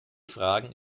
fragen